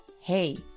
hey